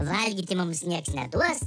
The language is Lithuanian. valgyti mums nieks neduos